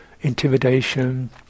intimidation